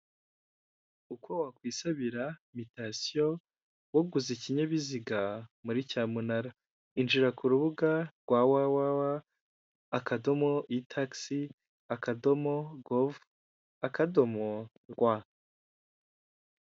Umunara muremure cyane w'itumanaho uri mu mabara y'umutuku ndetse n'umweru bigaragara ko ari uwa eyateri hahagaze abatekinisiye bane bigaragara yuko bari gusobanurira aba bantu uko uyu munara ukoreshwa aha bantu bari gusobanurira bambaye amajire y'umutuku.